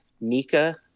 Nika